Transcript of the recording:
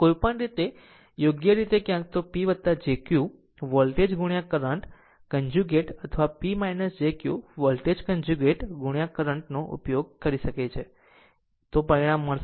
કોઈપણ રીતે યોગ્ય રીતે ક્યાં તો P jQ voltage current conjugate અથવા P jQ voltage conjugate current નો ઉપયોગ કરી શકે છે તે જ પરિણામ મળશે